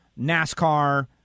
NASCAR